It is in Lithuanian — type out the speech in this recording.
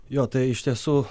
jo tai iš tiesų